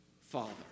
father